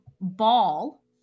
ball